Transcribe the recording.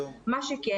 מה שכן,